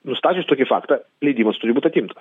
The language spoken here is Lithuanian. nustačius tokį faktą leidimas turi būti atimtas